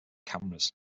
cameras